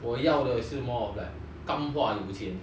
我要的是 more of like 有钱